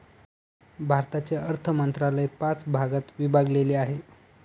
भारताचे अर्थ मंत्रालय पाच भागात विभागलेले आहे